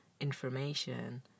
information